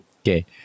Okay